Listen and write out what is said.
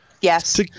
yes